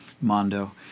Mondo